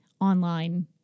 online